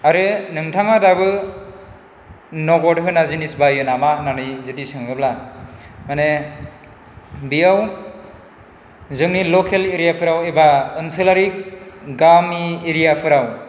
आरो नोंथाङा दाबो नगद होना जिनिस बायो नामा होन्नानै जुदि सोङोब्ला मानि बेयाव जोंनि लकेल एरियाफ्राव एबा ओनसोलारि गामि एरियाफोराव